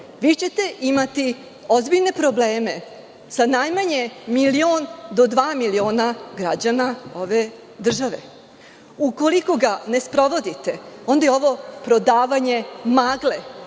vi ćete imati ozbiljne probleme sa najmanje milion do dva miliona građana ove države. Ukoliko ga ne sprovodite, onda je ovo prodavanje magle,